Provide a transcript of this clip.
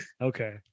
Okay